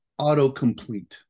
autocomplete